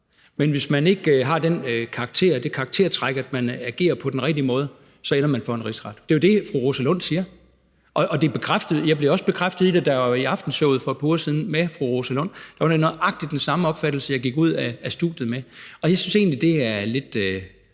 den karakter eller det karaktertræk, at man agerer på den rigtige måde, så ender man for en rigsret. Det er jo det, fru Rosa Lund siger, og jeg blev også bekræftet i det, da jeg for et par uger siden var i Aftenshowet med fru Rosa Lund. Der var det nøjagtig den samme opfattelse, jeg gik ud af studiet med, og jeg synes egentlig, det er lidt